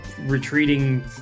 retreating